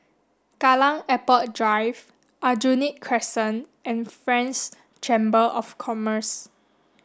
Kallang Airport Drive Aljunied Crescent and France Chamber of Commerce